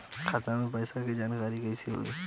खाता मे पैसा के जानकारी कइसे होई?